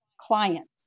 clients